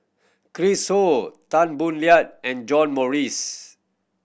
Chris Ho Tan Boo Liat and John Morrice